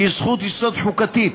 שהיא זכות יסוד חוקתית.